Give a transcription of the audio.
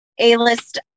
A-list